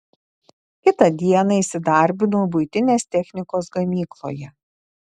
kitą dieną įsidarbinau buitinės technikos gamykloje